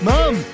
Mom